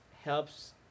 helps